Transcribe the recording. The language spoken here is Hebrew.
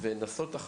בנושא הזה.